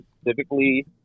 specifically